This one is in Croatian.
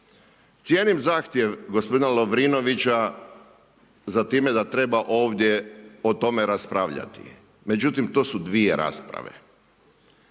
Cijenim zahtjev gospodina Lovrinovića za time da treba ovdje o tome raspravljati. Međutim to su dvije rasprave.